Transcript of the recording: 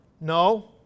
No